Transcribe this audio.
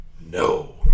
no